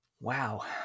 Wow